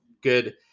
good